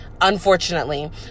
Unfortunately